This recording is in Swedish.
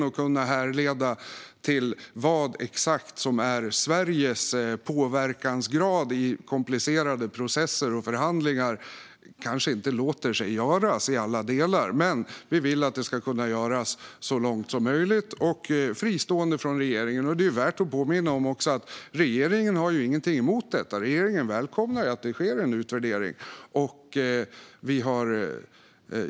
Att kunna härleda vad som exakt är Sveriges påverkansgrad i komplicerade processer och förhandlingar kanske inte låter sig göras i alla delar. Men vi vill att det ska kunna göras så långt som möjligt och fristående från regeringen. Det är också värt att påminna om att regeringen inte har någonting emot detta. Regeringen välkomnar att det sker en utvärdering.